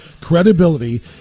credibility